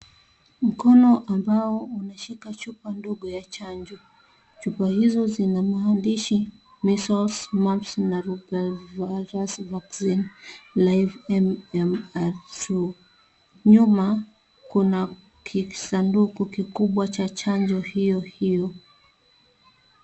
Mkono ambao unashika chupa ndogo ya chanjo. Chupa hizo zina maandishi, Measles, Mumps na Rubella Virus Vaccine life MMR2. Nyuma kuna kisanduku kikubwa cha chanjo hiyo hiyo.